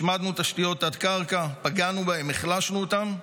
השמדנו תשתיות תת-קרקע, פגענו בהם, החלשנו אותם,